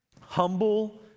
Humble